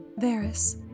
Varys